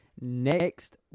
next